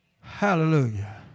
Hallelujah